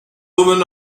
woman